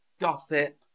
gossip